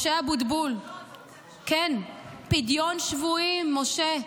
משה אבוטבול, כן, פדיון שבויים, משה.